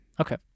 Okay